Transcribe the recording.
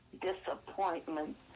disappointment